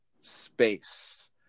space